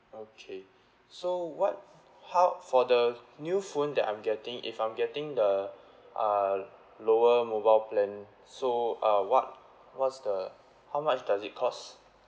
okay so what how for the new phone that I'm getting if I'm getting the uh lower mobile plan so uh what what's the how much does it cost